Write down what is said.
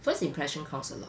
first impression counts a lot